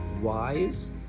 wise